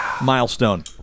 milestone